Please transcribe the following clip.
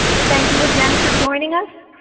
thank you again for joining us.